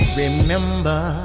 remember